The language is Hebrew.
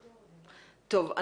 טוב,